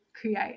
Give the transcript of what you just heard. create